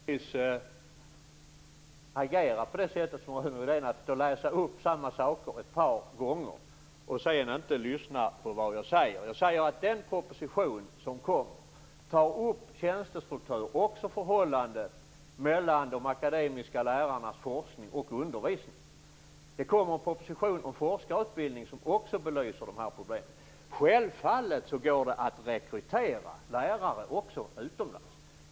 Fru talman! Man kan naturligtvis agera på det sätt som Rune Rydén gör; att stå och läsa upp samma saker ett par gånger och sedan inte lyssna på vad jag säger. Jag säger att i den proposition som kommer tas tjänstestrukturer och förhållanden mellan de akademiska lärarnas forskning och undervisning upp. Det kommer en proposition om forskarutbildning som också belyser de här problemen. Självfallet går det att rekrytera lärare också utomlands.